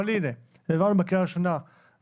אבל הנה: העברנו את זה בקריאה ראשונה ב-14